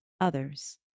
others